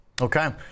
Okay